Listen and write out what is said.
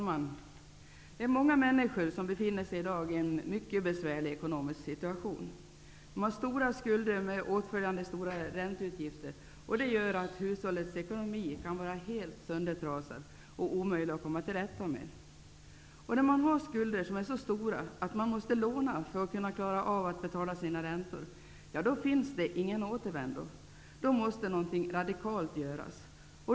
Herr talman! Många människor befinner sig i dag i en mycket besvärlig ekonomisk situation. De har stora skulder med åtföljande stora ränteutgifter, och det gör att hushållets ekonomi kan vara helt söndertrasad och omöjlig att komma till rätta med. När man har skulder som är så stora att man måste låna för att klara av att betala sina räntor finns det ingen återvändo. Då måste någonting radikalt göras.